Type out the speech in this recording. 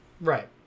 Right